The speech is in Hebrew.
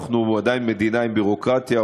אנחנו עדיין מדינה עם ביורוקרטיה,